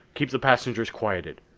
keep the passengers quieted.